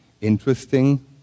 interesting